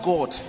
God